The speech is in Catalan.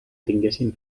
tinguessin